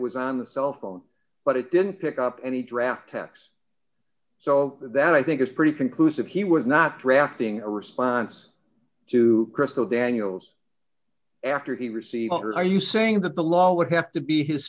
was on the cell phone but it didn't pick up any draft tests so that i think is pretty conclusive he was not drafting a response to krystal daniels after he received are you saying that the law would have to be his